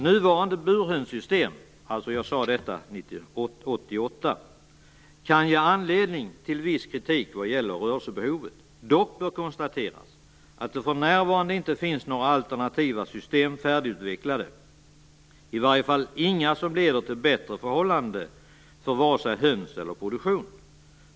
Nuvarande burhönssystem" - detta sade jag alltså 1988 - "kan ge anledning till viss kritik vad gäller rörelsebehovet. Dock bör konstateras att det för närvarande inte finns några alternativa system färdigutvecklade, i varje fall inga som leder till bättre förhållanden för vare sig höns eller produktion.